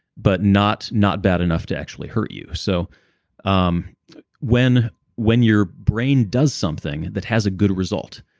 but not not bad enough to actually hurt you. so um when when your brain does something that has a good result,